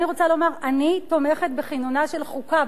אני רוצה לומר: אני תומכת בכינונה של חוקה,